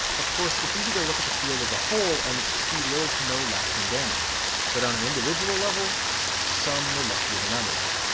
of course it's easy to look at the field as a whole and see little to no lasting damage but on an individual level some were luckier than others.